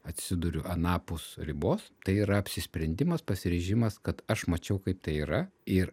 atsiduriu anapus ribos tai yra apsisprendimas pasiryžimas kad aš mačiau kaip tai yra ir